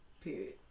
period